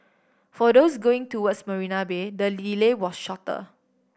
for those going towards Marina Bay the delay was shorter